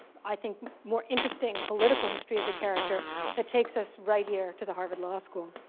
i think more interesting political history of the character that takes us right here to the harvard law school.